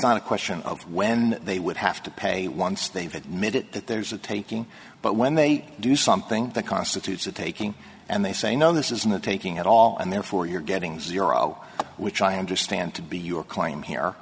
not a question of when they would have to pay once they've admitted that there's a taking but when they do something that constitutes the taking and they say no this is not taking at all and therefore you're getting zero which i understand to be your claim here